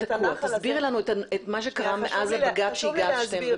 תסבירי לנו את מה שקרה מאז הבג"צ שהגשתם.